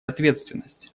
ответственность